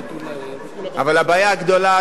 אבל הבעיה הגדולה,